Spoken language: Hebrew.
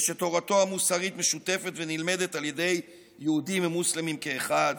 ושתורתו המוסרית משותפת ונלמדת על ידי יהודים ומוסלמים כאחד.